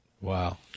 Wow